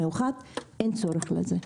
מיוחד - אין צורך בזה.